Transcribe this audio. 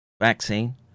vaccine